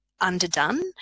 underdone